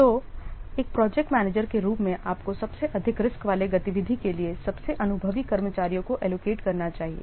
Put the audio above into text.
तो एक project manager के रूप में आपको सबसे अधिक रीस्क वाले गतिविधि के लिए सबसे अनुभवी कर्मचारियों को एलोकेट करना चाहिए